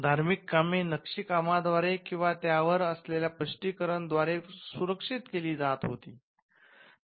धार्मिक कामे नक्षीकामा द्व्यारे किंवा त्या वर असलेल्या स्पष्टीकरण द्व्यारे सुरक्षित केली जात होती